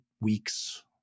weeks